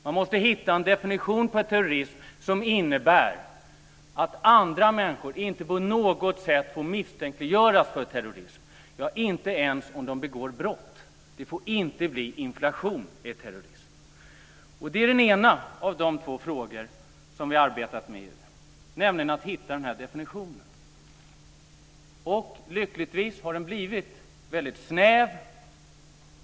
Man måste hitta en definition på terrorism som innebär att andra människor inte på något sätt får misstänkliggöras för terrorism - inte ens om de begår brott. Det får inte bli inflation i terrorism. Det är den ena av de två frågor som vi har arbetat med, nämligen att hitta den här definitionen. Lyckligtvis har den blivit väldigt snäv.